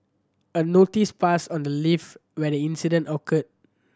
a notice pasted on the lift where the incident occurred